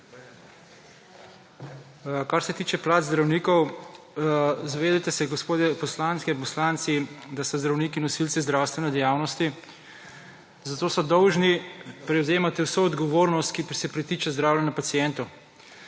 Kar se tiče plač zdravnikov zavedajte se gospodje poslanci in poslanke, da so zdravniki nosilci zdravstvene dejavnosti, zato so dolžni prevzemati vso odgovornost, ki se pritiče zdravljenja pacientov.